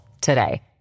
today